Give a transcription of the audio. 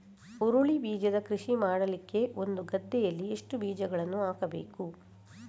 ಹುರುಳಿ ಬೀಜದ ಕೃಷಿ ಮಾಡಲಿಕ್ಕೆ ಒಂದು ಗದ್ದೆಯಲ್ಲಿ ಎಷ್ಟು ಬೀಜಗಳನ್ನು ಹಾಕಬೇಕು?